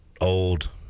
Old